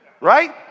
Right